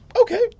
okay